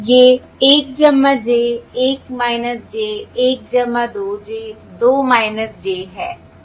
ये 1 j 1 j 1 2 j 2 - j हैं ठीक हैं